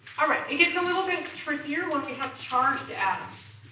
alright, it gets a little bit trickier when we have charged atoms.